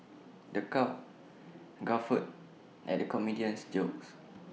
the crowd guffawed at the comedian's jokes